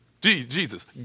Jesus